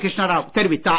கிருஷ்ணாராவ் தெரிவித்தார்